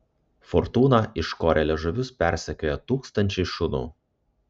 fortūną iškorę liežuvius persekioja tūkstančiai šunų